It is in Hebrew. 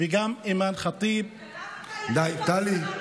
וגם אימאן ח'טיב היא קלה מדי, די, טלי.